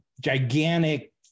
gigantic